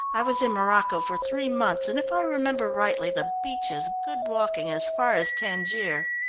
i was in morocco for three months, and if i remember rightly the beach is good walking as far as tangier.